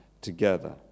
together